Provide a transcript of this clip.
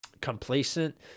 complacent